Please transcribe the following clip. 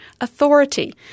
authority